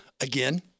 again